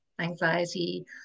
anxiety